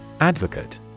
Advocate